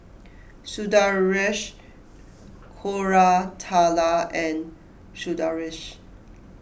Sundaresh Koratala and Sundaresh